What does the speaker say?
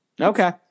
Okay